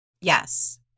yes